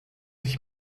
ich